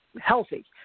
healthy